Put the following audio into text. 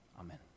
Amen